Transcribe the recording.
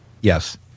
Yes